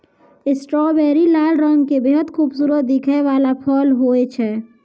strawberry लाल रंग के बेहद खूबसूरत दिखै वाला फल होय छै